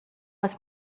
was